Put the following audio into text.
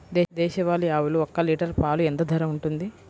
దేశవాలి ఆవులు ఒక్క లీటర్ పాలు ఎంత ధర ఉంటుంది?